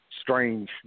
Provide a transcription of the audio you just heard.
strange